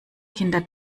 kinder